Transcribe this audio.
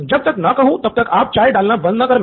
जब तक न कहूँ तब तक आप चाय डालना बंद न करना